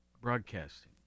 broadcasting